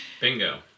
Bingo